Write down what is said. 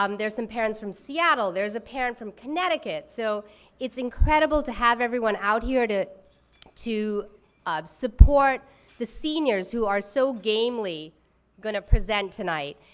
um there's some parents from seattle, there's a parent from connecticut, so it's incredible to have everyone out here to to support the seniors who are so gamely gonna present tonight.